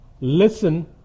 listen